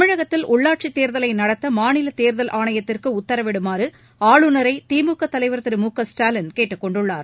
தமிழகத்தில் உள்ளாட்சித் தேர்தலை நடத்த மாநில தேர்தல் ஆணையத்திற்கு உத்தரவிடுமாறு ஆளுநரை திமுக தலைவர் திரு மு க ஸ்டாலின் கேட்டுக் கொண்டுள்ளார்